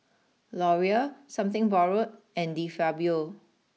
Laurier something Borrowed and De Fabio